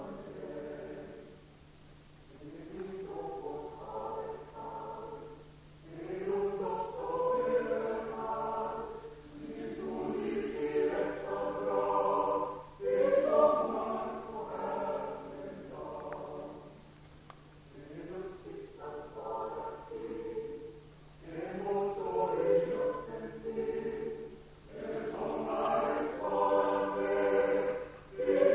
Herr ålderspresident! Ärade kammarledamöter! Jag vill nu vända mig till samtliga riksdagsledamöter och tacka er alla för ett mycket gediget och kunnigt arbete.